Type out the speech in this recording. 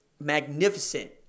magnificent